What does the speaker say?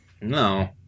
No